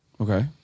Okay